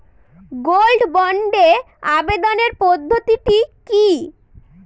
Gold বন্ডে আবেদনের পদ্ধতিটি কি?